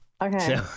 okay